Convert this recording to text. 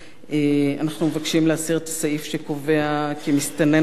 אנחנו מבקשים להסיר את הסעיף שקובע כי מסתנן חוזר,